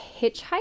hitchhike